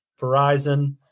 Verizon